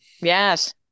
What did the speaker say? Yes